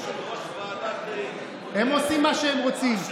יושב-ראש ועדת, הם עושים מה שהם רוצים.